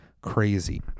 crazy